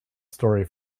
story